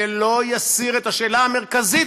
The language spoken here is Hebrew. זה לא יסיר מעל סדר-היום את השאלה המרכזית